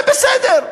זה בסדר.